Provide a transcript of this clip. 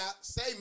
say